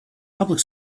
public